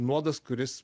nuodas kuris